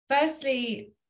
firstly